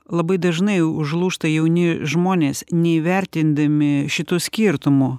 labai dažnai užlūžta jauni žmonės neįvertindami šito skirtumo